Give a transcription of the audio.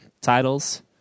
titles